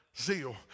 Zeal